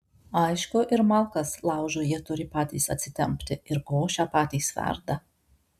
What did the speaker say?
aišku ir malkas laužui jie turi patys atsitempti ir košę patys verda